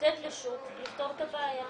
לתת לשוק לפתור את הבעיה.